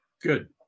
Good